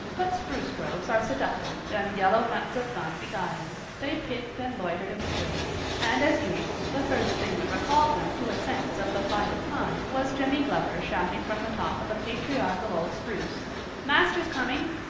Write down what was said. but spruce groves are seductive and yellow nuts of gum beguiling they picked and loitered and strayed and as usual the first thing that recalled them to a sense of the flight of time was jimmy glover shouting from the top of a patriarchal old spruce master's coming.